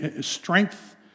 strength